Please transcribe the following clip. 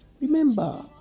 Remember